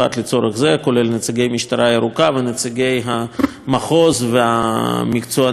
כולל נציגי המשטרה הירוקה ונציגי המחוז והמקצוענים מהמטה,